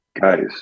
guys